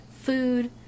food